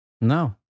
No